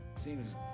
Seems